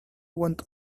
went